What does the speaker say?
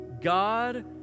God